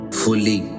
fully